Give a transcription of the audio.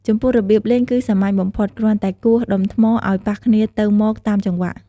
ចំពោះរបៀបលេងគឺសាមញ្ញបំផុត គ្រាន់តែគោះដុំថ្មឲ្យប៉ះគ្នាទៅមកតាមចង្វាក់។